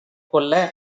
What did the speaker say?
கொல்ல